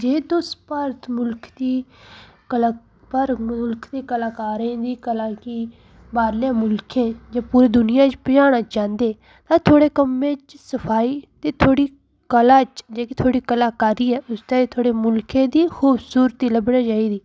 जे तुस भारत मुल्ख दी कला कार मुल्ख दे कलाकारें दी कला गी बाह्रलें मुल्खें जां पूरे दुनियां च पजाना चांह्दे ते थुआढ़े कम्मै च सफाई ते थुआढ़ी कला च जेह्ड़ी थुआढ़ी कलाकारी ऐ उसदे च थुआढ़े मुल्खै दी खूबसूरती लब्भनी चाहिदी